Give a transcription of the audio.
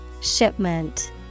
Shipment